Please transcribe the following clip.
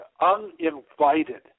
Uninvited